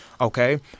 okay